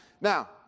Now